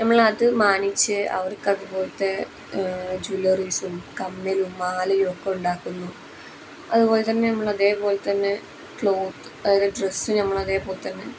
ഞമ്മളത് മാനിച്ച് അവർക്കതുപോലത്തെ ജ്വല്ലറീസും കമ്മിലും മാലയും ഒക്കെ ഉണ്ടാക്കുന്നു അതുപോലെത്തന്നെ നമ്മളതേപോലെത്തന്നെ ക്ലോത്ത് അതായത് ഡ്രസ്സും ഞമ്മളതേപോലെത്തന്നെ